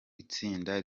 itsinda